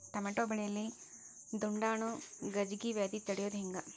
Tomato ಬೆಳೆಯಲ್ಲಿ ದುಂಡಾಣು ಗಜ್ಗಿ ವ್ಯಾಧಿ ತಡಿಯೊದ ಹೆಂಗ್?